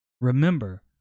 Remember